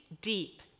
deep